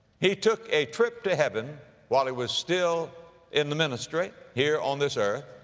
he took a trip to heaven while he was still in the ministry here on this earth.